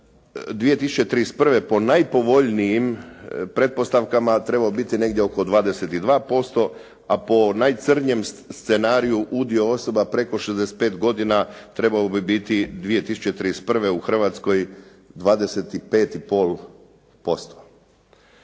po 2031. po najpovoljnijim pretpostavkama trebalo bi biti negdje oko 22%, a po najcrnjem scenariju udio osoba preko 65 godina trebao bi biti 2031. u Hrvatskoj 25,5%.